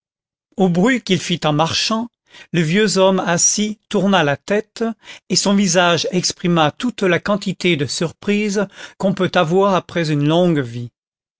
au bruit qu'il fit en marchant le vieux homme assis tourna la tête et son visage exprima toute la quantité de surprise qu'on peut avoir après une longue vie